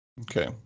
Okay